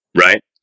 right